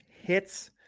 hits –